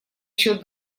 счет